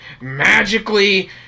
magically